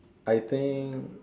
I think